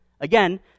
Again